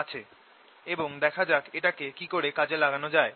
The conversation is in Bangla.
আছে এবং দেখা যাক এটাকে কিকরে কাজে লাগানো যায়